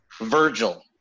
Virgil